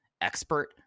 expert